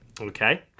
Okay